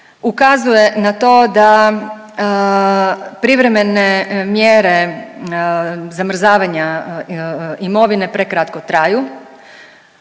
ukazuje na to da privremene mjere zamrzavanja imovine prekratko traju.